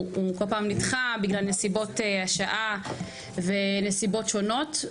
הוא כל פעם נדחה בגלל נסיבות השעה ונסיבות שונות.